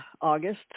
August